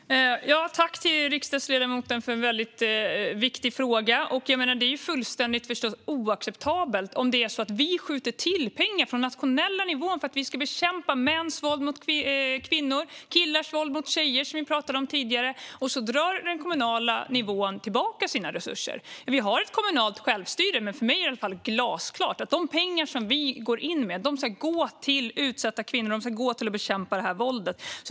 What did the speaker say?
Herr talman! Tack till riksdagsledamoten för en väldigt viktig fråga! Det är förstås fullständigt oacceptabelt om det är så att vi skjuter till pengar från nationell nivå för att bekämpa mäns våld mot kvinnor och killars våld mot tjejer, som vi pratade om tidigare, och så drar den kommunala nivån tillbaka sina resurser. Vi har ett kommunalt självstyre, men för mig är det i alla fall glasklart att de pengar som vi går in med ska gå till utsatta kvinnor och till att bekämpa detta våld.